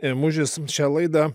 ėmužis šią laidą